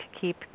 keep